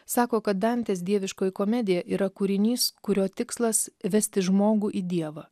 sako kad dantės dieviškoji komedija yra kūrinys kurio tikslas vesti žmogų į dievą